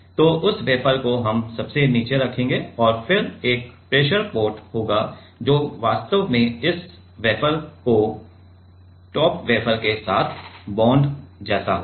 तो उस वेफर को हम सबसे नीचे रखेंगे और फिर एक प्रेशर पोर्ट होगा जो वास्तव में इस वेफर को टॉप वेफर के लिए बॉन्ड जैसा होगा